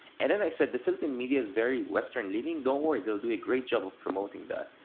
and then i said, the philippine media is very western leaning. don't worry. they'll do a great job of promoting that.